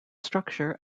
structure